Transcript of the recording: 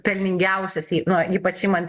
pelningiausias na ypač imant